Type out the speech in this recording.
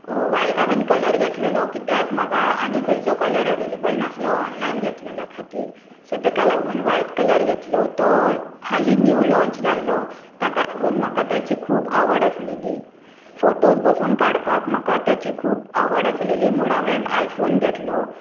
white हांवें colour घेतलोलो कित्याक म्हाका आनी खंयचो कलर अवेलेबल नासलो ऑनल्यान घेतलोलो खातीर ताका लागून व्हायट कलर घेतलो तो हाली न्यूव लाँच जाल्लो ताका लागून म्हाका त्याची खूब आवड आसलेली फोटोज पसून काडपाक म्हाका ताची खूब आवड आसलेली म्हूण हांवेन आयफोन घेतलेलो